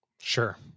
Sure